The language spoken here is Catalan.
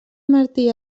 martí